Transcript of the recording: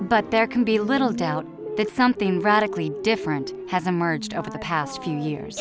but there can be little doubt that something radically different has emerged over the past few years